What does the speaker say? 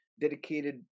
dedicated